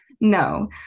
no